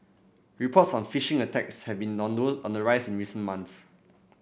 reports on phishing attacks have been on on the rise in recent months